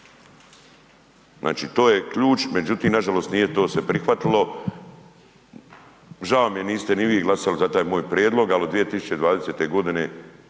Znači to je ključ međutim nažalost nije to se prihvatilo. Žao mi je niste ni vi glasali za taj moj prijedlog ali od 2020. godine